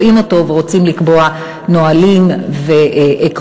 רואים אותו ורוצים לקבוע נהלים ועקרונות.